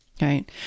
Right